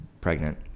pregnant